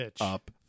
up